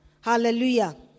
Hallelujah